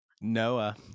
Noah